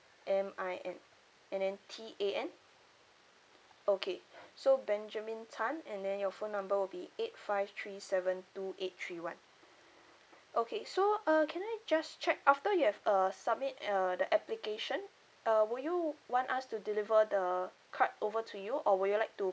M I N and then T A N okay so benjamin tan and then your phone number will be eight five three seven two eight three one okay so uh can I just check after you have uh submit uh the application uh would you want us to deliver the card over to you or would you like to